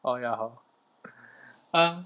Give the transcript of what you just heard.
oh ya hor um